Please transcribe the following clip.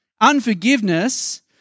Unforgiveness